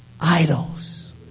idols